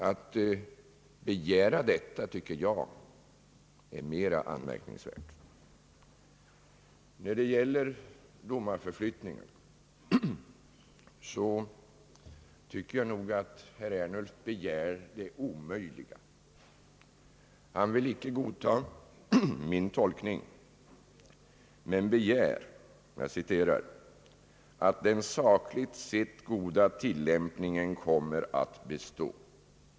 Att begära detta tycker jag är mera anmärkningsvärt. När det gäller domarförflyttningarna tycker jag att herr Ernulf begär det omöjliga. Han vill inte godta min tolk ning men önskar »att den sakligt sett goda tillämpningen kommer att bestå».